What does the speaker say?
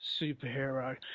superhero